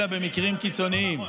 אלא במקרים קיצוניים.